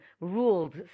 ruled